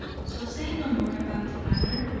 so say no more about the matter,